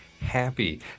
happy